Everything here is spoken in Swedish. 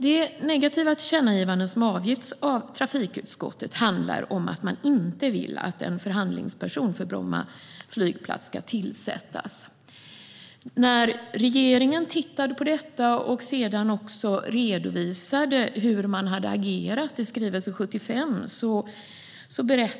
Det negativa tillkännagivande som trafikutskottet har avgett handlar om att utskottet inte vill att en förhandlingsperson för Bromma flygplats ska tillsättas. Regeringen tittade på detta och redovisade sedan i skrivelse 75 hur man hade agerat.